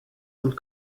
und